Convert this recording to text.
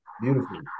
Beautiful